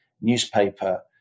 newspaper